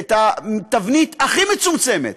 את התבנית הכי מצומצמת